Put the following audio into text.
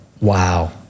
wow